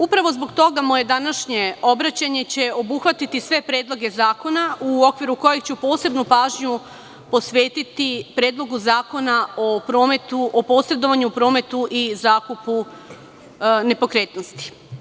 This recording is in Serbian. Upravo zbog toga, moje današnje obraćanje će obuhvatiti sve predloge zakona, u okviru kojeg ću posebnu pažnju posvetiti Predlogu zakona o posredovanju, prometu i zakupu nepokretnosti.